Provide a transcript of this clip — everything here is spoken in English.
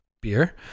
beer